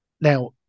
Now